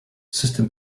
system